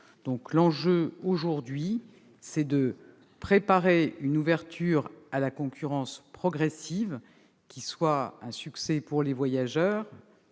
L'enjeu aujourd'hui est de préparer une ouverture à la concurrence progressive qui soit un succès pour les voyageurs,